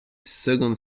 second